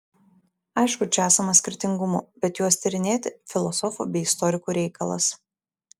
aišku čia esama skirtingumų bet juos tyrinėti filosofų bei istorikų reikalas